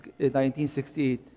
1968